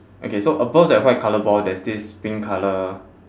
okay so above that white colour ball there's this pink colour